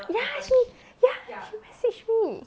ya she ya she message me